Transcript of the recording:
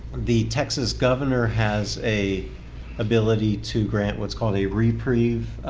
the texas governor has a ability to grant what's called a reprieve.